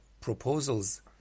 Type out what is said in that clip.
proposals